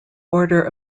order